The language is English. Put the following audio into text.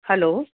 hello